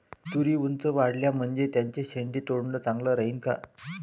तुरी ऊंच वाढल्या म्हनजे त्याचे शेंडे तोडनं चांगलं राहीन का?